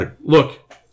Look